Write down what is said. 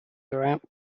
throughout